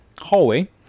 hallway